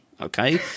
okay